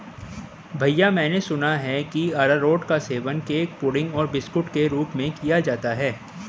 भैया मैंने सुना है कि अरारोट का सेवन केक पुडिंग और बिस्कुट के रूप में किया जाता है